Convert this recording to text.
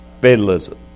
fatalism